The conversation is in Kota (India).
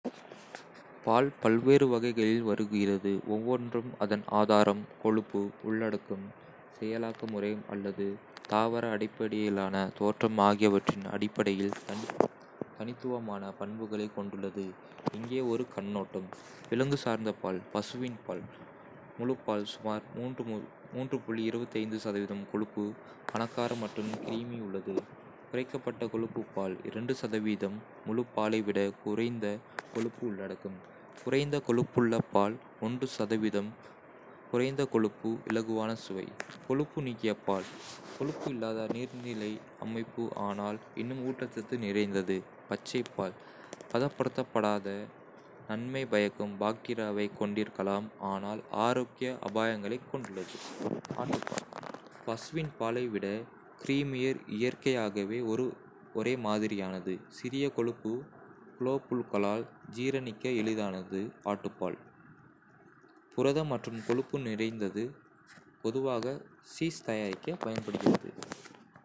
பால் பல்வேறு வகைகளில் வருகிறது, ஒவ்வொன்றும் அதன் ஆதாரம், கொழுப்பு உள்ளடக்கம், செயலாக்க முறை அல்லது தாவர அடிப்படையிலான தோற்றம் ஆகியவற்றின் அடிப்படையில் தனித்துவமான பண்புகளைக் கொண்டுள்ளது. இங்கே ஒரு கண்ணோட்டம். விலங்கு சார்ந்த பால். பசுவின் பால். முழு பால்: சுமார் கொழுப்பு, பணக்கார மற்றும் கிரீமி உள்ளது. குறைக்கப்பட்ட கொழுப்பு பால் முழு பாலை விட குறைந்த கொழுப்பு உள்ளடக்கம். குறைந்த கொழுப்புள்ள பால் குறைந்த கொழுப்பு, இலகுவான சுவை. கொழுப்பு நீக்கிய பால் கொழுப்பு இல்லாத, நீர்நிலை அமைப்பு ஆனால் இன்னும் ஊட்டச்சத்து நிறைந்தது. பச்சை பால் பதப்படுத்தப்படாத; நன்மை பயக்கும் பாக்டீரியாவைக் கொண்டிருக்கலாம் ஆனால் ஆரோக்கிய. அபாயங்களைக் கொண்டுள்ளது. ஆட்டு பால். பசுவின் பாலை விட க்ரீமியர், இயற்கையாக ஒரே மாதிரியானது, சிறிய கொழுப்பு குளோபுல்களால் ஜீரணிக்க எளிதானது. ஆட்டு பால். புரதம் மற்றும் கொழுப்பு நிறைந்தது, பொதுவாக சீஸ் தயாரிக்க பயன்படுகிறது.